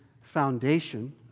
foundation